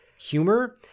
humor